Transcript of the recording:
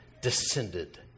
descended